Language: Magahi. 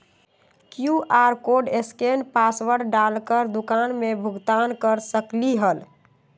कियु.आर कोड स्केन पासवर्ड डाल कर दुकान में भुगतान कर सकलीहल?